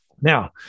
Now